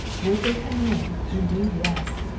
would they come in? indeed, yes!